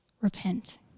repent